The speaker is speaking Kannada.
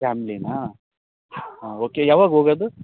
ಫ್ಯಾಮ್ಲಿನಾ ಹಾಂ ಓಕೆ ಯಾವಾಗ ಹೋಗೋದು